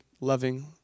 loving